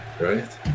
right